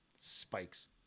Spikes